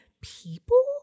people